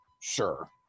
sure